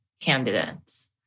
candidates